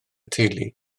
teulu